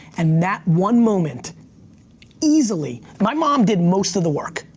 and that one moment easily, my mom did most of the work.